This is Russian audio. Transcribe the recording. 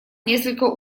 несколько